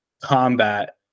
combat